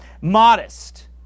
modest